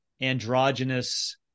androgynous